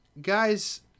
guys